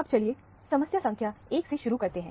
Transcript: अब चलिए समस्या संख्या 1 से शुरू करते हैं